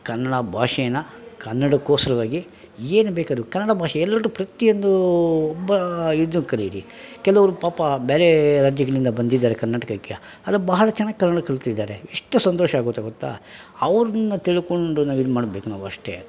ಕನ್ನಡ ಭಾಷೇನಾ ಕನ್ನಡಕ್ಕೋಸ್ರವಾಗಿ ಏನು ಬೇಕಾದರೂ ಕನ್ನಡ ಭಾಷೆ ಎಲ್ಲರದು ಪ್ರತಿಯೊಂದೂ ಒಬ್ಬ ಇದು ಕಲಿಯಿರಿ ಕೆಲವರು ಪಾಪ ಬೇರೇ ರಾಜ್ಯಗಳಿಂದ ಬಂದಿದಾರೆ ಕರ್ನಾಟಕಕ್ಕೆ ಅವರು ಬಹಳ ಚೆನ್ನಾಗ್ ಕನ್ನಡ ಕಲಿತಿದ್ದಾರೆ ಎಷ್ಟು ಸಂತೋಷ ಆಗುತ್ತೆ ಗೊತ್ತಾ ಅವರನ್ನ ತಿಳ್ಕೊಂಡು ನಾವು ಇದು ಮಾಡ್ಬೇಕು ನಾವು ಅಷ್ಟೆ